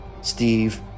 Steve